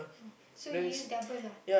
oh so you use double ah